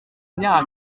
myaka